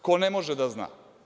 Ko ne može da zna?